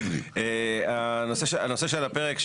הנושא שעל הפרק,